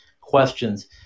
questions